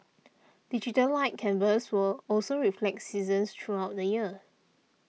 Digital Light Canvas will also reflect seasons throughout the year